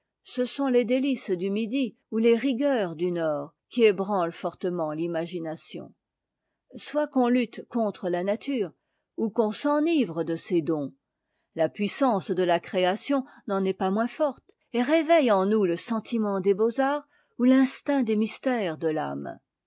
ce sont les délices du midi ou les rigueurs du nord qui ébranlent fortement l'imagination soit qu'on lutte contre la nature ou qu'on s'enivre de ses dons la puissance de la création n'en est pas moins forte et réveille en nous le sentiment des beaux-arts ou l'instinct des mystères de t'ame